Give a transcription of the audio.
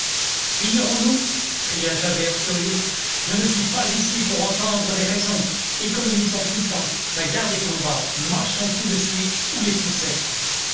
finirons nous cria javert furieux je ne suis pas ici pour entendre des raisons économisons tout ça la garde est en bas marchons tout de suite ou les poucettes